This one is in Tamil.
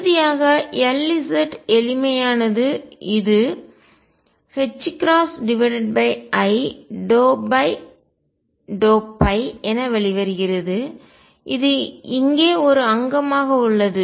இறுதியாக Lz எளிமையானது இது i∂ϕ என வெளியே வருகிறது இது இங்கே ஒரு அங்கமாக உள்ளது